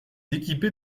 équipée